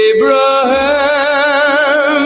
Abraham